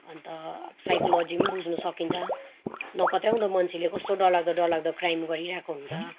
अन्त साइकोलोजी पनि बुझ्न सकिन्छ नपत्याउँदो मान्छेले कस्तो डरलाग्दो डरलाग्दो क्राइम गरिरहेको हुन्छ